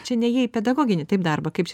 čia nėjai į pedagoginį taip darbą kaip čia